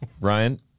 Ryan